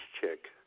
Chick